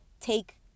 take